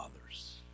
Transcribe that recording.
others